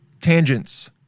tangents